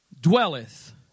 dwelleth